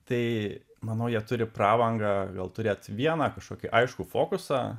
tai manau jie turi prabangą gal turėti vieną kažkokį aiškų fokusą